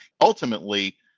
Ultimately